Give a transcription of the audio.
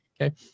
Okay